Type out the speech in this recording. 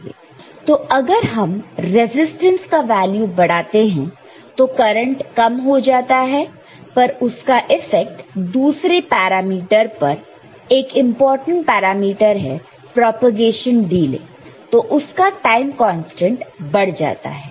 तो अगर हम रेजिस्टेंस का वैल्यू बढ़ाते हैं तो करंट कम हो जाता है पर उसका इफेक्ट दूसरे पैरामीटर पर एक इंपॉर्टेंट पैरामीटर है प्रोपेगेशन डिले तो उसका टाइम कांस्टेंट बढ़ जाता है